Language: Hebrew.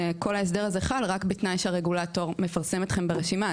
שכל ההסדר הזה חל רק בתנאי שהרגולטור מפרסם אתכם ברשימה.